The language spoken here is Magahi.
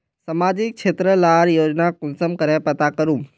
सामाजिक क्षेत्र लार योजना कुंसम करे पता करूम?